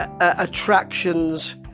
Attractions